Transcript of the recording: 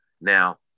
Now